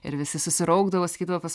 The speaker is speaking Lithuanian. ir visi susiraukdavo sakydavo pas